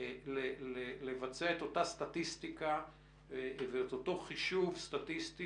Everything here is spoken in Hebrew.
לבצע את אותה סטטיסטיקה ואת אותו חישוב סטטיסטי